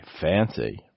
Fancy